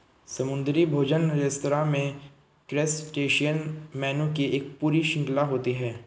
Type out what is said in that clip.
समुद्री भोजन रेस्तरां में क्रस्टेशियन मेनू की एक पूरी श्रृंखला होती है